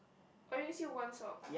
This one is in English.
I only see one sock